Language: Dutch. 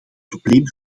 probleem